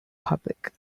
public